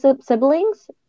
siblings